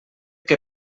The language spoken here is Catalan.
què